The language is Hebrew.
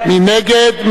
מי נגד?